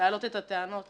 להעלות את הטענות